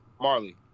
Marley